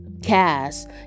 cast